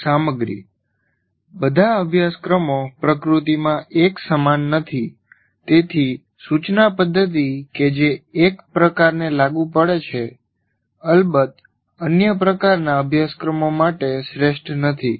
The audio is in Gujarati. સામગ્રી બધા અભ્યાસક્રમો પ્રકૃતિમાં એક સમાન નથી તેથી સૂચના પદ્ધતિ કે જે એક પ્રકારને લાગુ પડે છે અલબત્ત અન્ય પ્રકારના અભ્યાસક્રમો માટે શ્રેષ્ઠ નથી